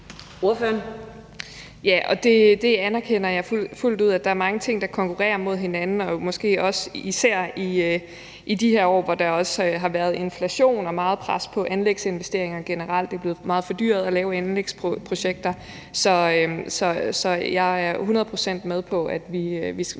Paulin (S): Det anerkender jeg fuldt ud. Der er mange ting, der konkurrerer mod hinanden, måske også især i de her år, hvor der har været inflation og meget pres på anlægsinvesteringer generelt. Det er blevet meget fordyret at lave anlægsprojekter. Så jeg er hundrede procent med på, at vi skal